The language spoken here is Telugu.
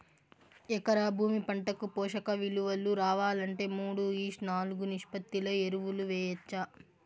ఎకరా భూమి పంటకు పోషక విలువలు రావాలంటే మూడు ఈష్ట్ నాలుగు నిష్పత్తిలో ఎరువులు వేయచ్చా?